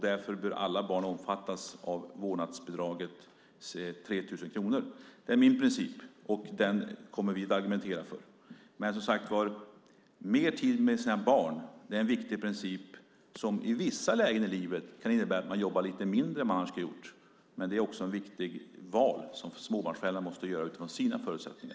Därför bör alla barn omfattas av vårdnadsbidragets 3 000 kronor. Det är min princip, och den kommer vi att argumentera för. Som sagt var är mer tid för sina barn en viktig princip som i vissa lägen i livet kan innebära att man jobbar lite mindre än vad man annars skulle ha gjort, men det är också ett viktigt val som småbarnsföräldrarna måste göra utifrån sina förutsättningar.